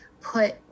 put